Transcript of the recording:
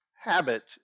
Habit